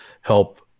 help